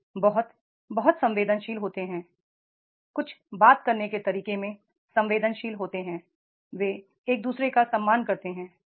लोग बहुत बहुत संवेदनशील होते हैं कुछ बात करने के तरीके में संवेदनशील होते हैं वे एक दूसरे का सम्मान करते हैं